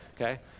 okay